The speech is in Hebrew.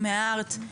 אם הערת,